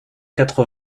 quatre